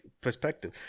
perspective